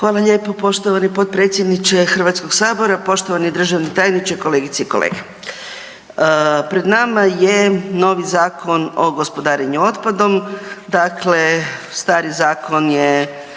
Hvala lijepa poštovani potpredsjedniče HS-a. Poštovani državni tajniče, kolegice i kolege. Pred nama je novi Zakon o gospodarenju otpadom, dakle stari zakon je